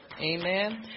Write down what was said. Amen